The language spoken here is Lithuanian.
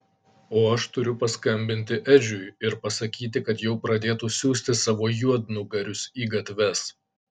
o aš turiu paskambinti edžiui ir pasakyti kad jau pradėtų siųsti savo juodnugarius į gatves